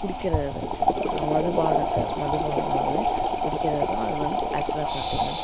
குடிக்கிறது மதுபானத்தை மதுபானமானது குடிக்கிறது தான் அது வந்து பேச்சுலர் பார்ட்டிங்கிறாங்க